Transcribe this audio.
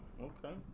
Okay